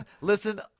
listen